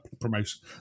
promotion